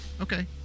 Okay